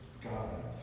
God